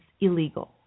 illegal